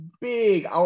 big